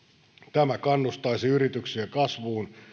tämä kannustaisi yrityksiä kasvuun